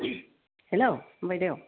हेल' बायदेव